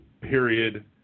period